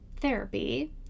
therapy